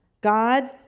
God